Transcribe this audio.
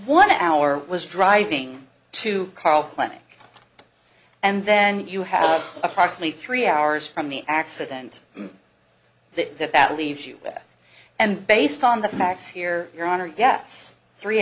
one hour was driving to karl clinic and then you have approximately three hours from the accident that that that leaves you with and based on the facts here your honor gets three